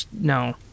no